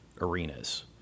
arenas